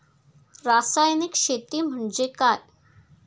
रासायनिक शेती म्हणजे काय?